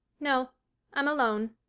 no i'm alone.